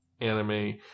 anime